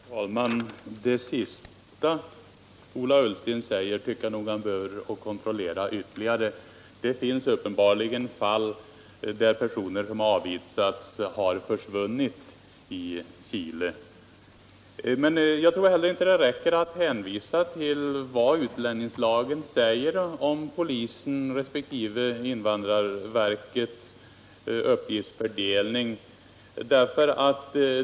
Herr talman! Det sista Ola Ullsten sade tycker jag nog att han behöver kontrollera ytterligare. Det finns uppenbarligen fall då personer som avvisats till Chile försvunnit där. Jag tror inte heller att det räcker med att hänvisa till vad utlänningslagen säger om uppgiftsfördelningen mellan polisen och invandrarverket.